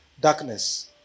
darkness